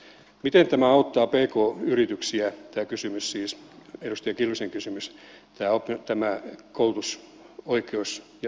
miten tämä auttaa pk yrityksiä tämä edustaja kiljusen kysymys siis tämä koulutusoikeus ja kannustin